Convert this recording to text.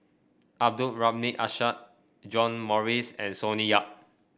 Abdul Rahim Ishak John Morrice and Sonny Yap